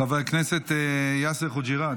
חבר הכנסת יאסר חוג'יראת,